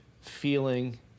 feeling